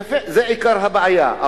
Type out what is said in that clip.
יפה, זה עיקר הבעיה.